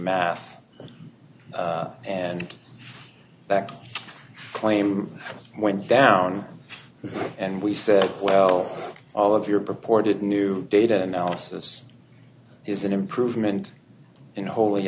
math and that claim went down and we said well all of your purported new data analysis is an improvement in